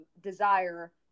desire